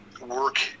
work